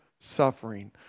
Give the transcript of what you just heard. suffering